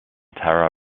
tara